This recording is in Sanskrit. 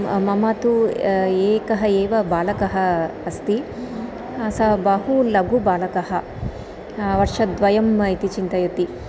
मम तु एकः एव बालकः अस्ति सः बहु लघुबालकः वर्षद्वयम् इति चिन्तयति